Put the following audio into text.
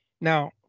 Now